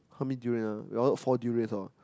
how many durian ah we all four durians orh